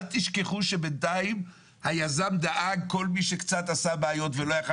אל תשכחו שבנתיים היזם דאג כל מי שקצת עשה בעיות ולא יכול היה